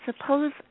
suppose